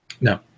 No